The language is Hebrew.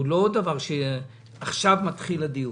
זה לא שעכשיו מתחיל הדיון.